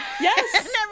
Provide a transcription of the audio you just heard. Yes